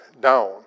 down